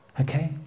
Okay